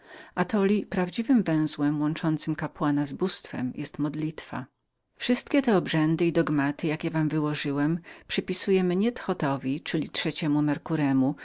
atoli prawdziwym węzłem łączącym kapłana z bóstwem jest modlitwa wszystkie te obrzędy i dogmata jakie wam wyłożyłem nieprzypisujemy wcale thotowi czyli trzeciemu merkuremu